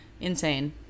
insane